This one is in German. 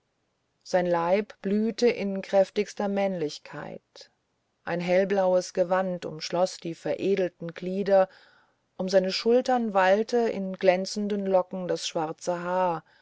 sein leib blühte in kräftigster männlichkeit ein hellblaues gewand umschloß die veredelten glieder um seine schulter wallte in glänzenden locken das schwarze haar